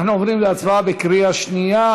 אנחנו עוברים להצבעה בקריאה שנייה.